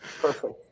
perfect